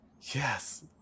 Yes